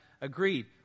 agreed